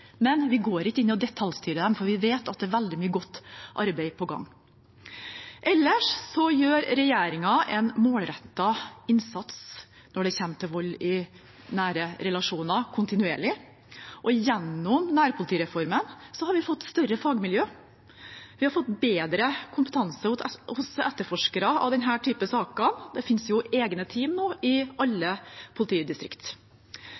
Men vi går ikke inn og detaljstyrer dem, for vi vet at det er veldig mye godt arbeid på gang. Ellers gjør regjeringen kontinuerlig en målrettet innsats mot vold i nære relasjoner, og gjennom nærpolitireformen har vi fått større fagmiljø. Vi har fått bedre kompetanse hos etterforskere av denne typen saker – det finnes nå egne team i alle politidistrikt. Gjennom Handlingsplan mot vold i